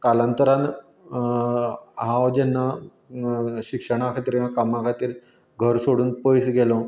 कालांतरान हांव जेन्ना शिक्षणा खातीर कामा खातीर घर सोडून पयस गेलों